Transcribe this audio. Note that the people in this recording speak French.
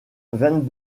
vingt